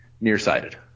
nearsighted